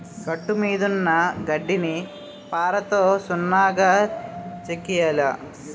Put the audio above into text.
గట్టుమీదున్న గడ్డిని పారతో నున్నగా చెక్కియ్యాల